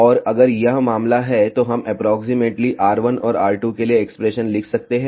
और अगर यह मामला है तो हम एप्रोक्सीमेटली r1 और r2 के लिए एक्सप्रेशन लिख सकते हैं